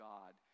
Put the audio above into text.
God